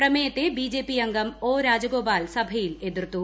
പ്രമേയത്തെ BJP അംഗം O Rajagopal സഭയിൽ എതിർത്തു